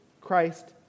Christ